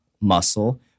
muscle